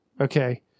okay